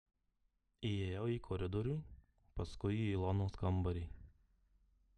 įėjau į koridorių paskui į ilonos kambarį